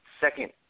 second